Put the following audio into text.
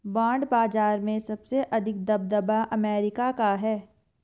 bond बाजार में सबसे अधिक दबदबा अमेरिका का है